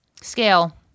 scale